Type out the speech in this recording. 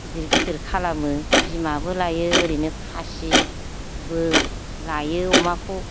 गिदिर गिदिर खालामो बिमाबो लायो ओरैनो खासिबो लायो अमाखौ